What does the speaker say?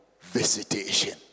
visitation